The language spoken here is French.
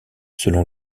selon